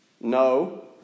No